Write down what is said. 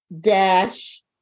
dash